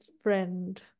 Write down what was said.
friend